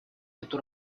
эту